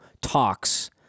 talks